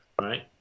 Right